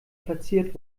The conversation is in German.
platziert